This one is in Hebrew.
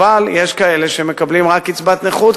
אבל יש כאלה שמקבלים רק קצבת נכות,